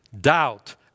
doubt